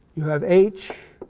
you have h,